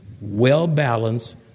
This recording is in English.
well-balanced